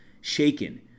Shaken